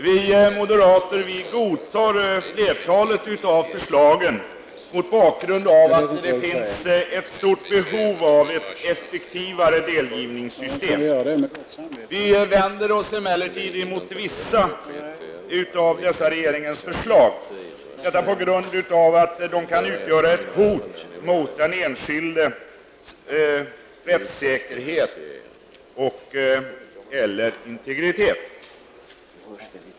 Vi moderater godtar flertalet av förslagen mot bakgrund av att det finns ett stort behov av ett effektivare delgivningssystem. Vi vänder oss emellertid mot vissa av regeringens förslag på grund av att de kan utgöra ett hot mot den enskildes rättssäkerhet och/eller integritet.